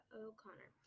O'Connor